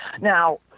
Now